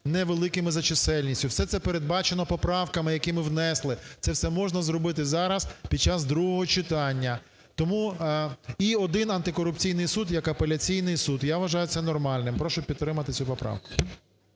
невеликими за чисельністю. Все це передбачено поправками, які ми внесли. Це все можна зробити зараз під час другого читання. Тому і один антикорупційний суд як апеляційний суд. Я вважаю це нормальним. Прошу підтримати цю поправку.